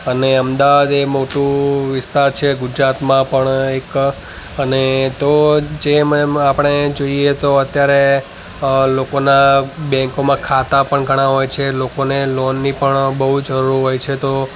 અને અમદાવાદ એ મોટું વિસ્તાર છે ગુજરાતમાં પણ એક અને તો જેમ જેમ આપણે જોઈએ તો અત્યારે લોકોના બેંકમાં ખાતા પણ ઘણા હોય છે ઘણા લોકોને લોનની પણ બહુ જરૂર હોય છે તો